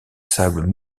sables